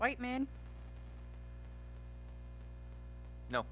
white man no